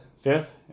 Fifth